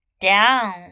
Down